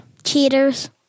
Cheaters